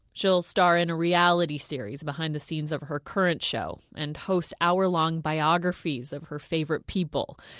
she'll star in a reality series behind-the-scenes of her current show and host hour-long biographies of her favorite people.